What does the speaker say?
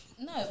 No